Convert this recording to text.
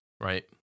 right